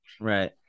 right